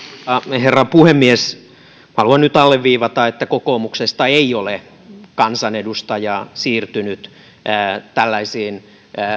herra puhemies haluan nyt alleviivata että kokoomuksesta ei ole kansanedustajaa siirtynyt tällaisiin